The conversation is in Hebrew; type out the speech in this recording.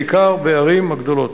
בעיקר בערים הגדולות.